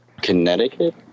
Connecticut